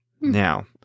now